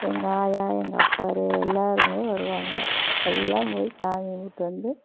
எங்கள் ஆயா எங்கள் அப்பா எல்லோருமே வருவாங்க எல்லாம் போயி சாமி கும்பிட்டு வந்து